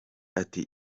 ati